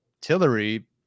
Tillery